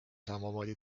samamoodi